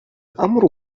الأمر